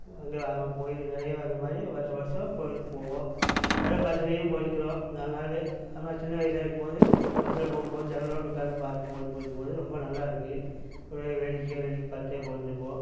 அங்கே போய் நிறைய அந்த மாதிரி வருஷ வருஷம் கோவிலுக்கு போவோம் அதே பஸ்ஸுலேயும் போயிருக்கிறோம் நாலு நாள் ஆனால் சின்ன வயசாக இருக்கும் போது பஸ்ஸுல் போகும் போது ஜன்னலோரோத்தில் உட்காந்து பார்க்கும் போயிட்ருக்கும் போது ரொம்ப நல்லா இருக்கும் ஒரே வேடிக்கையாக வேடிக்கை பார்த்துட்டே போயிட்டுருப்போம்